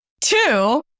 Two